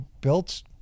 built